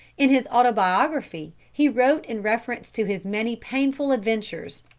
in his autobiography he wrote in reference to his many painful adventures